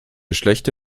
schlechte